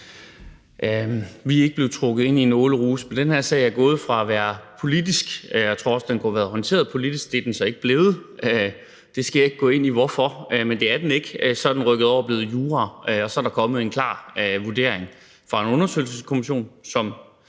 Vi er ikke blevet trukket ind i en åleruse. Men den her sag er gået fra at være politisk, og jeg tror også, den kunne have været håndteret politisk, hvilket den så ikke er blevet – jeg skal ikke gå ind i hvorfor, men det er den ikke blevet – til at være rykket over og blive juridisk. Og så er der kommet en klar vurdering fra en undersøgelseskommission, som